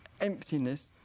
emptiness